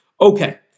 Okay